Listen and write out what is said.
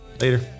Later